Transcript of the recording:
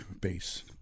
base